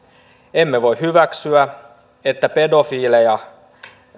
emme voi hyväksyä että pedofiileja